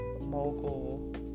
mogul